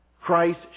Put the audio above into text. Christ